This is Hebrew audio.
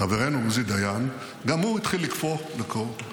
-- חברנו עוזי דיין, גם הוא התחיל לקפוא מקור,